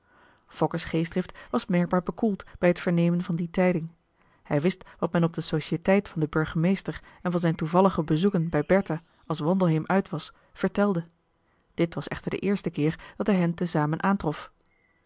fokke's geestdrift was merkbaar bekoeld bij het vernemen van die tijding hij wist wat men op de societeit van den burgemeester en van zijn toevallige bezoeken bij bertha als wandelheem uit was vertelde dit was echter de eerste keer dat hij hen te zamen aantrof